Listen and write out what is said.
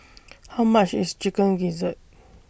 How much IS Chicken Gizzard